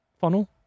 funnel